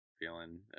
feeling